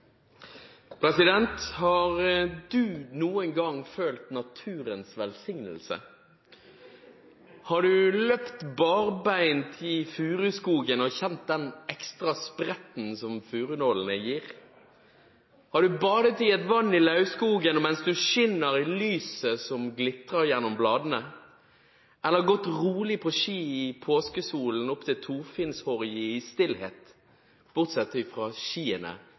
President, har du noen gang følt naturens velsignelse? Har du løpt barbeint i furuskogen og kjent den ekstra spretten som furunålene gir? Har du badet i et vann i lauvskogen mens du skinner i lyset som glitrer gjennom bladene? Eller gått rolig på ski i påskesolen opp til Torfinnshorgi i stillhet, bortsett fra lyden av skiene